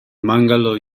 mangalore